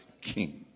king